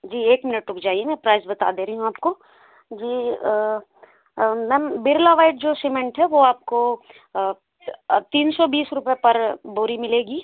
जी एक मिनट रुक जाइए मैं प्राइज़ बात दे रही हूँ आपको जी मैम बिरला व्हाइट जो सीमेंट है वो आपको तीन सौ बीस रुपये पर बोरी मिलेगी